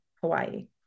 Hawaii